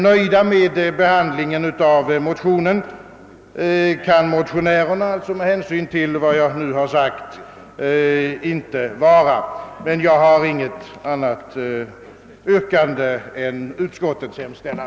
Med tanke på vad jag nu har sagt kan motionärerna inte vara nöjda med motionernas behandling, men jag har inget annat yrkande än om bifall till utskottets hemställan.